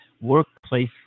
workplace